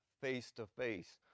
face-to-face